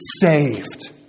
saved